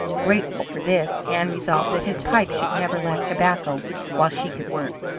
grateful for this, ann resolved that his pipe should never lack tobacco while she could work.